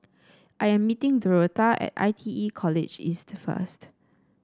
I am meeting Dorotha at I T E College East first